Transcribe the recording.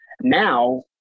Now